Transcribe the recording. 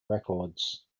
records